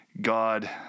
God